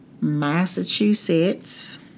Massachusetts